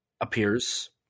appears